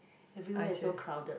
everywhere is so crowded